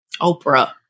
Oprah